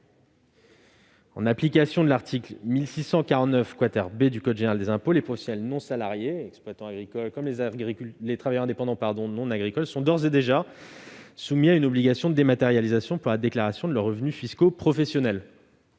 En application de l'article 1649 B du code général des impôts, les professionnels non salariés, comme les exploitants agricoles et les travailleurs indépendants non agricoles, sont d'ores et déjà soumis à une obligation de dématérialisation pour la déclaration de leurs revenus fiscaux professionnels,